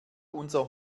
unser